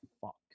fuck